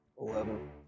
Eleven